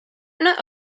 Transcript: and